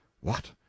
What